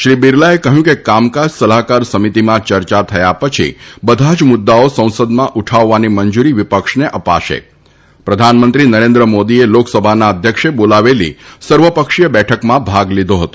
શ્રી બિરલાએ કહ્યું કે કામકાજ સલાહકાર સમિતિમાં ચર્ચા થયા પછી બધા જ મુદ્દાઓ સંસદમાં ઉઠાવવાની મંજુરી વિપક્ષન અપાશ પ્રધાનમંત્રી નરેન્દ્ર મોદીએ લોકસભાના અધ્યક્ષ બોલાવછી સર્વપક્ષીય બઠકમાં ભાગ લીધો હતો